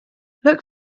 look